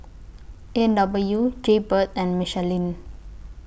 A and W Jaybird and Michelin